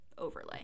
overlay